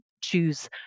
choose